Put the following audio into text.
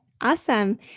Awesome